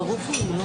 ברור, ברור לי.